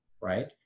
right